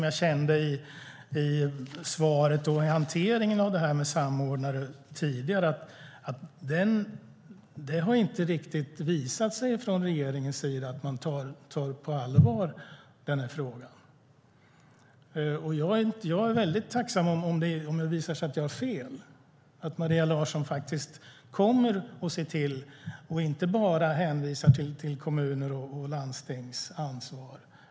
Jag kände i svaret och i hanteringen av detta med samordnare tidigare att det inte riktigt visats från regeringens sida att man tar den här frågan på allvar. Jag är väldigt tacksam om det visar sig att jag har fel och att Maria Larsson faktiskt kommer att se till att det händer något och inte bara hänvisar till kommuners och landstings ansvar.